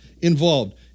involved